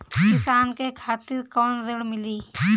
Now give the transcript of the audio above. किसान के खातिर कौन ऋण मिली?